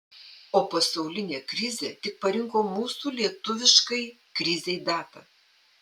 o pasaulinė krizė tik parinko mūsų lietuviškai krizei datą